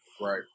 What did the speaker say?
Right